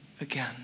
again